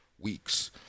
weeks